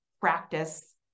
practice